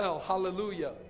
hallelujah